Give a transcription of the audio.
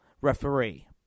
referee